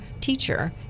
teacher